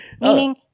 Meaning